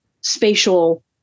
spatial